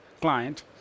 client